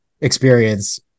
experience